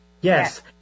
Yes